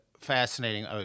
fascinating